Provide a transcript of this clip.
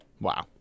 Wow